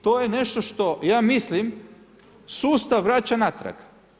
To je nešto što ja mislim sustav vraća natrag.